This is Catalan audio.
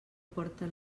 porta